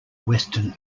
western